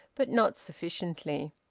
but not sufficiently.